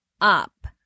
up